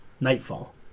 Nightfall